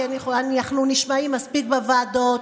כי אנחנו נשמעים מספיק בוועדות.